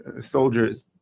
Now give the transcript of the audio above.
soldiers